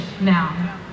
now